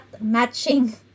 matching